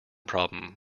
problem